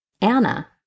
Anna